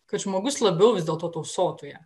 kad žmogus labiau vis dėlto tausotų ją